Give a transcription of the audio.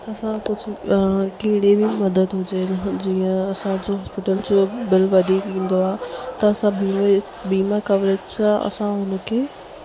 असां कुझु कहिड़ी बि मदद हुजे हुजे या असांजो हॉस्पीटल जो बिल वधीक ईंदो आहे त असां वीमे वीमा कवरेज़ सां असां हुन खे